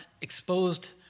exposed